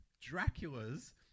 Dracula's